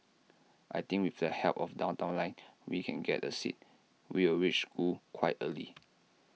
I think with the help of downtown line we can get A seat we'll reach school quite early